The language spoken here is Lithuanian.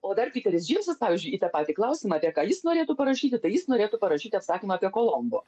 o dar piteris džeimsas pavyzdžiui į tą patį klausimą apie ką jis norėtų parašyti tai jis norėtų parašyti atsakymą apie kolombo